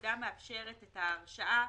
הפקודה מאפשרת את ההרשאה